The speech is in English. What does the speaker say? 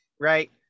Right